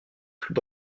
plus